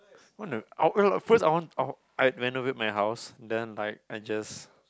wanna uh first I want I I'd renovate my house then like I just